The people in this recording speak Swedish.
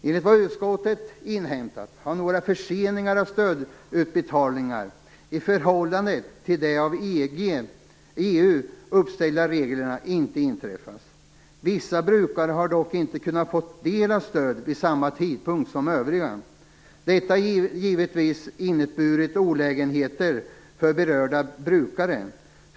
Enligt vad utskottet inhämtat har några förseningar av stödutbetalningar i förhållande till de av EU uppställda reglerna inte inträffat. Vissa brukare har dock inte kunnat få del av stödet vid samma tidpunkt som övriga. Detta har givetvis inneburit olägenheter för berörda brukare.